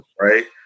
Right